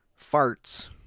farts